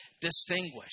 distinguished